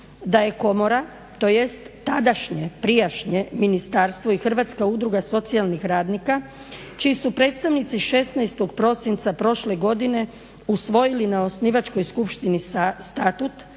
da je komora tj. tadašnje prijašnje ministarstvo i Hrvatska udruga socijalnih radnika čiji su predstavnici 16. prosinca prošle godine usvojili na Osnivačkoj skupštini statut,